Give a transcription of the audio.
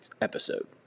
episode